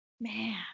Man